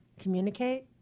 Communicate